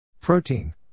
Protein